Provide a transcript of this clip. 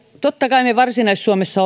totta kai me varsinais suomessa